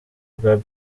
bwa